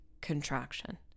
contraction